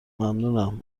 ممنونم